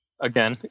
again